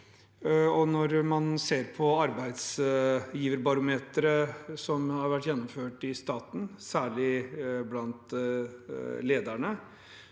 Når man ser på arbeidsgiverbarometeret som har vært gjennomført i staten, særlig blant lederne,